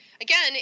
again